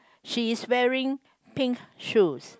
she is wearing pink shoes